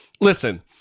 Listen